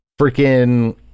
freaking